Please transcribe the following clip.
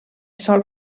sol